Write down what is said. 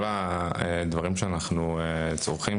כל הדברים שאנחנו צורכים,